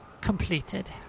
completed